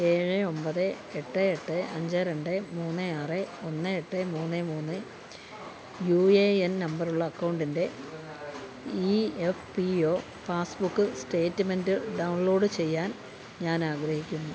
ഏഴ് ഒമ്പത് എട്ട് എട്ട് അഞ്ച് രണ്ട് മൂന്ന് ആറ് ഒന്ന് എട്ട് മൂന്ന് മൂന്ന് യു എ എൻ നമ്പറുള്ള അക്കൗണ്ടിൻ്റെ E F P O passbook statement download ചെയ്യാൻ ഞാൻ ആഗ്രഹിക്കുന്നു